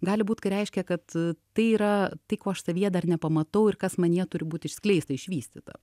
gali būt kai reiškia kad tai yra tai ko aš savyje dar nepamatau ir kas manyje turi būti išskleista išvystyta